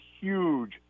huge